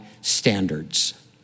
standards